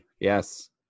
Yes